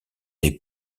des